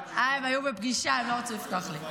נכון,